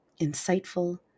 insightful